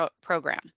Program